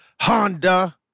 Honda